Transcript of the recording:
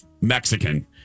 Mexican